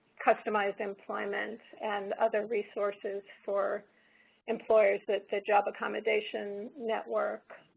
customized employment, and other resources for employers that the job accommodation network,